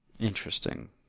Interesting